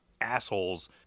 assholes